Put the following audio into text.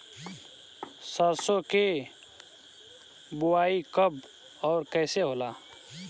सरसो के बोआई कब और कैसे होला?